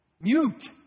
Mute